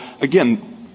again